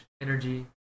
energy